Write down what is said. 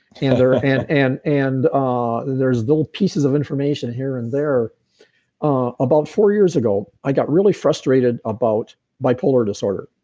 and and and and ah there's little pieces of information here and there ah about four years ago i got really frustrated about bipolar disorder.